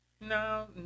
no